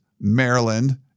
Maryland